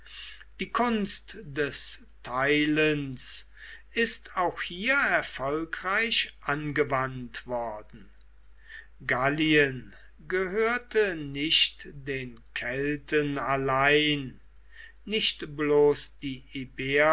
die kunst des teilens ist auch hier erfolgreich angewandt worden gallien gehörte nicht den kelten allein nicht bloß die